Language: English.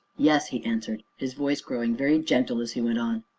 yes, he answered, his voice growing very gentle as he went on,